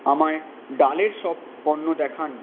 আমায় ডালের সব পণ্য দেখান